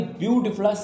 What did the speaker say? beautiful